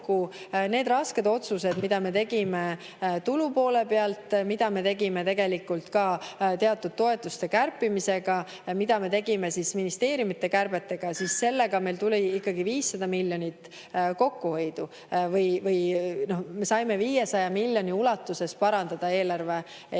need rasked otsused, mis me tegime tulupoole pealt, mis me tegime tegelikult ka teatud toetuste kärpimisega, mis me tegime ministeeriumide kärbetega, siis sellega meil tuli ikkagi 500 miljonit kokkuhoidu ehk me saime 500 miljoni ulatuses parandada eelarve seisu.